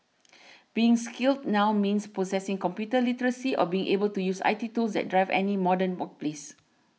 being skilled now means possessing computer literacy or being able to use I T tools that drive any modern workplace